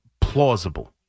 plausible